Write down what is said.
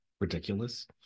ridiculous